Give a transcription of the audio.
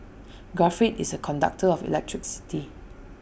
graphite is A conductor of electricity